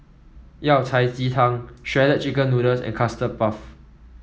Yao Cai Ji Tang Shredded Chicken Noodles and Custard Puff